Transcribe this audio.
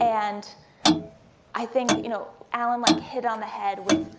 and i think, you know, allan like hit on the head with,